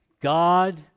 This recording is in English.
God